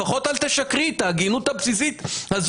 לפחות אל תשקרי, שתהיה לך את ההגינות הבסיסית הזו.